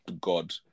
God